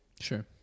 Sure